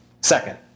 second